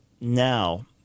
Now